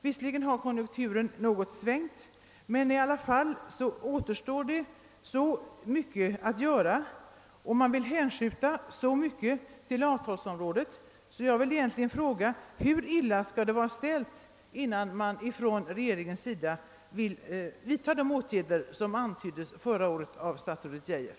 Visserligen har konjunkturerna svängt något på senaste tiden, men det återstår så mycket att göra och man vill hänskjuta alltför många frågor till avtalsområdet. Jag frågar därför på nytt: Hur illa skall det vara ställt i landet innan regeringen vill vidta de åtgärder som statsrådet Geijer antydde förra året?